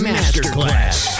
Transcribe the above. Masterclass